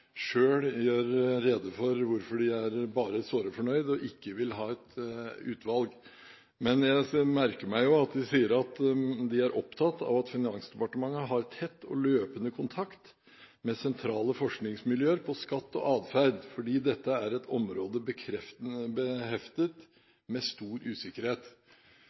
gjør rede for hvorfor de er bare såre fornøyd og ikke vil ha et utvalg. Men jeg merker meg at de sier at de «er opptatt av at Finansdepartementet har tett og løpende kontakt med sentrale forskningsmiljøer på skatt og adferd, fordi dette er et område beheftet med stor usikkerhet».